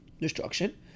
destruction